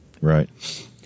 right